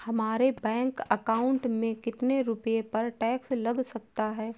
हमारे bank account में कितने रुपये पर टैक्स लग सकता है?